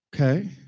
Okay